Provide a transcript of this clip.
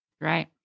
Right